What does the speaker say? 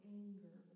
anger